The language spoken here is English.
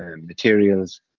materials